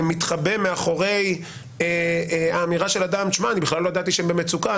מתחבא מאחורי האמירה של אדם שהוא אומר שהוא לא ידע שהם במצוקה,